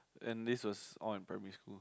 and this was all in primary school